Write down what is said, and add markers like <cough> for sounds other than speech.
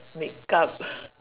makeup <coughs>